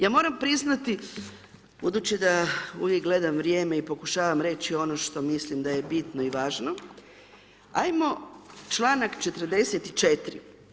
Ja moram priznati, budući da uvijek gledam vrijeme i pokušavam reći ono što mislim da je bitno i važno, ajmo članak 44.